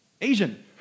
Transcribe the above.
Asian